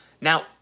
Now